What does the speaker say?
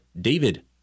David